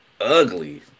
Ugly